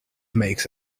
makes